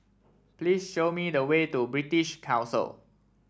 please show me the way to British Council